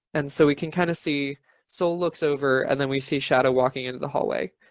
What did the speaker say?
and so we can kind of see soul looks over and then we see shadow walking into the hallway.